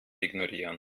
ignorieren